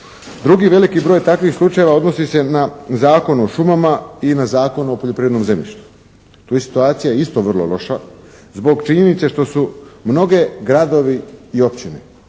Drugi veliki broj takvih slučajeva odnosi se na Zakon o šumama i na Zakon o poljoprivrednom zemljištu. Tu je situacija isto vrlo loša zbog činjenice što su mnogi gradovi i općine